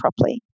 properly